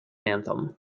anthem